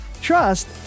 trust